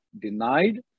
denied